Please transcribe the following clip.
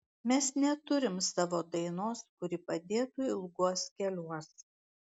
mes neturim savo dainos kuri padėtų ilguos keliuos